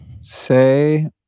Say